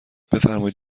بفرمایید